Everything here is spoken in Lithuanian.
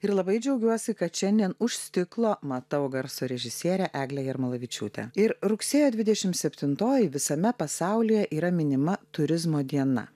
ir labai džiaugiuosi kad šiandien už stiklo matau garso režisierę eglę jarmolavičiūtę ir rugsėjo dvidešimt septintoji visame pasaulyje yra minima turizmo diena